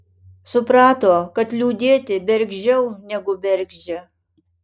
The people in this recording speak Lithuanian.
suprato kad liūdėti bergždžiau negu bergždžia